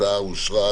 הצבעה אושרה.